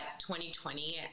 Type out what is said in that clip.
2020